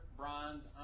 bronze